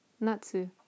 Natsu